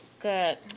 Good